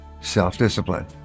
self-discipline